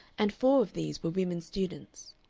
and four of these were women students.